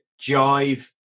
Jive